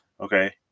okay